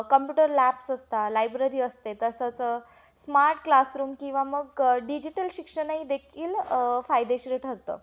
computer labs असतात library असते तसंच स्मार्ट क्लासरूम किंवा मग डिजिटल शिक्षणही देखील फायदेशीर ठरतं